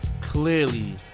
clearly